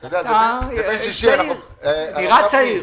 אתה נראה צעיר.